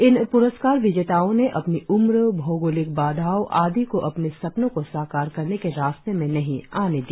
इन प्रस्कार विजेताओं ने अपनी उम्र भौगोलिक बाधाओं आदि को अपने सपनों को साकार करने के रास्ते में नहीं आने दिया